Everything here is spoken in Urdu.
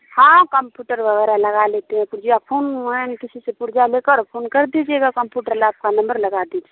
ہاں کمپوٹر وغیرہ لگا لیتے ہیں کچھ یا فون وون کسی سے پرزہ لے کر فون کر دیجیے گا کمپیوٹر لیب کا نمبر لگا دیجیے